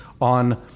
on